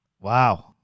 Wow